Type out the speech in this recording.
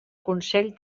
consell